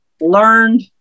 learned